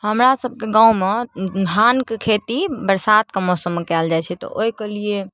हमरा सबके गाँवमे धानके खेती बरसातके मौसममे कयल जाइ छै तऽ ओइके लिए